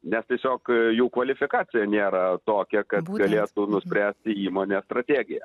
nes tiesiog jų kvalifikacija nėra tokia kad galėtų nuspręsti įmonės strategiją